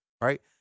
right